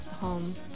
home